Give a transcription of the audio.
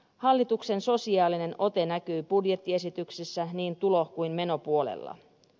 hallituksen sosiaalinen ote näkyy budjettiesityksessä niin tulo kuin menopuolella